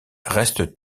reste